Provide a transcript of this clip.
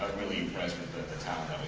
really impressed with the talent